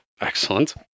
Excellent